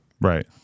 Right